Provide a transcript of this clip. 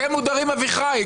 אתם מודרים, אביחי?